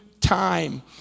time